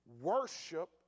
Worship